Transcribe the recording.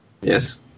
Yes